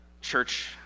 church